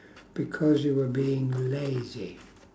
because you were being lazy